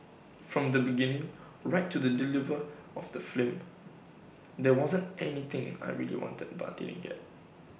from the beginning right to the deliver of the film there wasn't anything I really wanted but didn't get